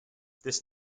this